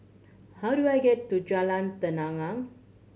how do I get to Jalan Tenang